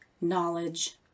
knowledge